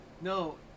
No